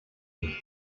beneath